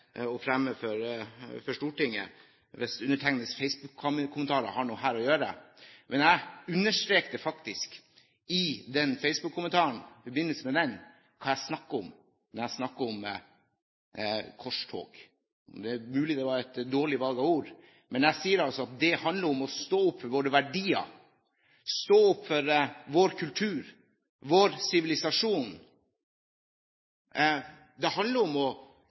og fremme for Stortinget, hvis undertegnedes Facebook-kommentarer har noe her å gjøre. Men jeg understreker faktisk i forbindelse med den Facebook-kommentaren hva jeg snakker om, når jeg snakker om korstog. Det er mulig det var et dårlig valg av ord. Men jeg sier at det handler om å stå for våre verdier, stå opp for vår kultur, vår sivilisasjon. Det handler om å